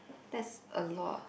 that's a lot